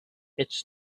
its